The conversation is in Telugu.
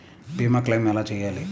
భీమ క్లెయిం ఎలా చేయాలి?